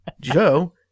Joe